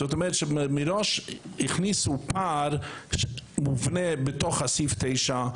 זאת אומרת שמראש הכניסו פער מובנה בתוך סעיף 9,